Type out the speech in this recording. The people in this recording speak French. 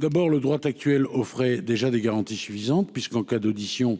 que le droit actuel offrait déjà des garanties suffisantes, puisque, en cas d'audition